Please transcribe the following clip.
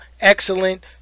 excellent